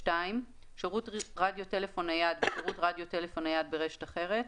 (2)שירות רדיו טלפון נייד ושירות רדיו טלפון נייד ברשת אחרת,